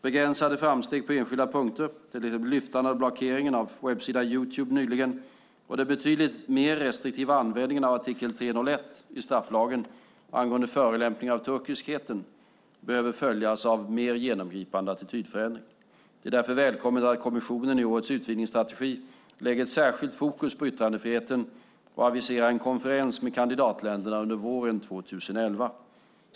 Begränsade framsteg på enskilda punkter, till exempel lyftandet av blockeringen av webbsidan Youtube nyligen och den betydligt mer restriktiva användningen av artikel 301 i strafflagen angående förolämpande av turkiskheten, behöver följas av en mer genomgripande attitydförändring. Det är därför välkommet att kommissionen i årets utvidgningsstrategi lägger ett särskilt fokus på yttrandefriheten och aviserar en konferens med kandidatländerna under våren 2011.